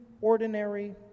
ordinary